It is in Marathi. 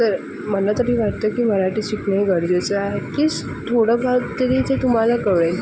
तर मला तरी वाटतं की मराठी शिकणं हे गरजेचं आहे ॲट लीस्ट थोडं फार तरी ते तुम्हाला कळेल